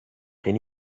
can